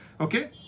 Okay